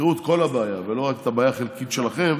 שתפתרו את כל הבעיה, ולא רק את הבעיה החלקית שלכם